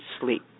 sleep